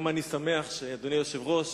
אדוני היושב-ראש,